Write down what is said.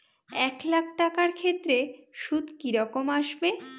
এক লাখ টাকার ক্ষেত্রে সুদ কি রকম আসবে?